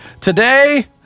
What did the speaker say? Today